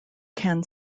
can